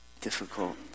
difficult